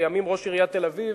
לימים ראש עיריית תל-אביב,